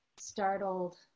startled